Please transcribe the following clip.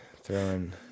throwing